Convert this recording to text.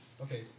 Okay